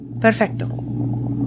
Perfecto